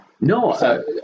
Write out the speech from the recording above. No